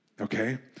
okay